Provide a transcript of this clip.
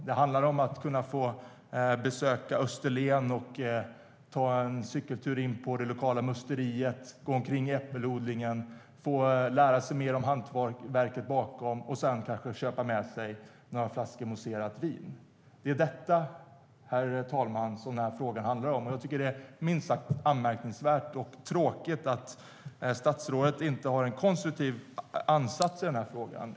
Det handlar om att besöka Österlen, ta en cykeltur till det lokala musteriet, gå omkring i äppelodlingen, få lära sig mer om hantverket bakom och sedan kanske kunna köpa med några flaskor mousserande vin. Det är detta frågan handlar om. Det är minst sagt anmärkningsvärt och tråkigt att statsrådet inte har en konstruktiv ansats i frågan.